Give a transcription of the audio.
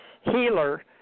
healer